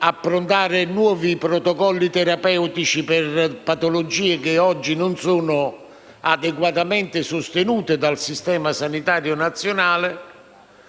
approntare nuovi protocolli terapeutici per patologie che oggi non sono adeguatamente sostenute dal Sistema sanitario nazionale.